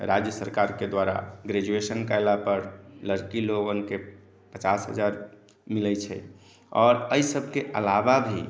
राज्य सरकार के द्वारा ग्रैजूएशन कयला पर लड़की लोगन के पचास हजार रूपैआ मिलै छै आओर एहि सबके अलावा भी